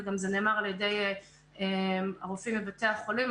וזה נאמר על ידי הרופאים בבתי החולים.